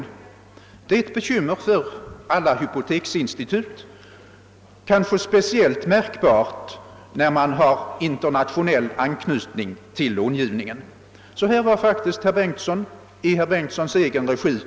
Detta är ett bekymmer för alla hypoteksinstitut men kanske speciellt märkbart när långivningen har internationell anknytning. I herr Bengtssons egen regi har alltså ytterligare ett problem aktualiserats som det kunde finnas all anledning att syssla med vid en översyn sådan som den föreslagna.